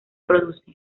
produce